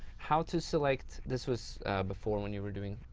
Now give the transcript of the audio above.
how to select this was before when you were doing,